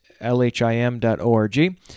lhim.org